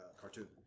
cartoon